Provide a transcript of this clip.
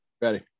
Ready